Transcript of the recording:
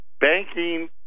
Banking